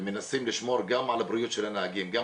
אנחנו מנסים גם לשמור על הבריאות של הנהגים וגם